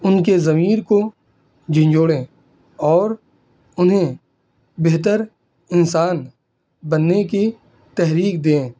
ان کے ضمیر کو جھنجوڑیں اور انہیں بہتر انسان بننے کی تحریک دیں